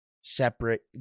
separate